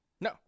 No